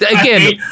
Again